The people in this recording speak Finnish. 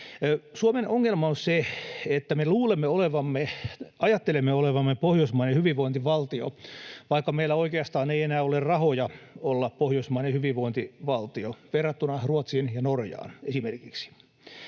Suomen ongelma on se, että me ajattelemme olevamme pohjoismainen hyvinvointivaltio, vaikka meillä oikeastaan ei enää ole rahoja olla pohjoismainen hyvinvointivaltio, verrattuna Ruotsiin ja Norjaan esimerkiksi.